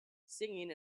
singing